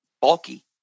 bulky